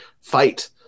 fight